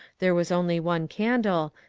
there was only one candle,